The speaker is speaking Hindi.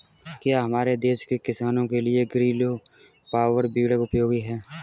क्या हमारे देश के किसानों के लिए ग्रीलो पावर वीडर उपयोगी है?